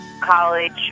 College